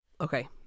okay